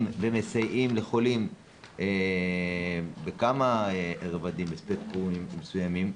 ומסייעים לחולים בכמה רבדים וספקטרומים מסוימים,